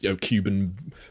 Cuban